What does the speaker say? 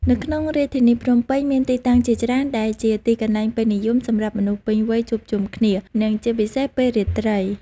នៅក្នុងរាជធានីភ្នំពេញ មានទីតាំងជាច្រើនដែលជាទីកន្លែងពេញនិយមសម្រាប់មនុស្សពេញវ័យជួបជុំគ្នា និងជាពិសេសពេលរាត្រី។